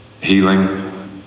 healing